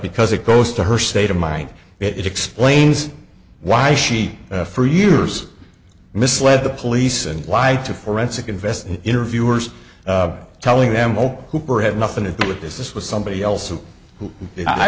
because it goes to her state of mind it explains why she for years misled the police and lied to forensic investigator interviewers telling them oh hooper had nothing to do with this this was somebody else who who i